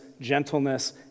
gentleness